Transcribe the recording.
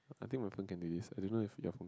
I think Wei-Kang can do this I don't know if they're